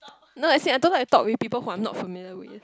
no I say I don't like to talk with people who I'm not familiar with